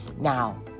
Now